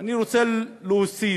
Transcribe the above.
אני רוצה להוסיף.